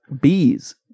Bees